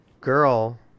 girl